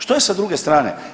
Što je sa druge strane?